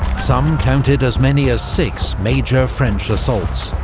some counted as many as six major french assaults,